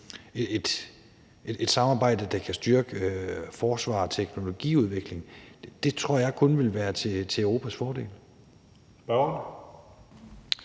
et samarbejde, der kan styrke forsvar og teknologiudvikling – tror jeg kun vil være til Europas fordel.